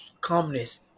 calmness